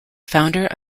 founder